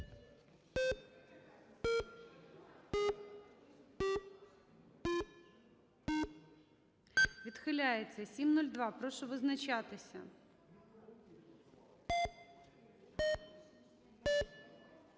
Відхиляється. 702. Прошу визначатися.